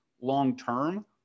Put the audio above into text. long-term